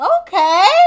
Okay